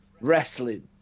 wrestling